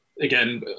again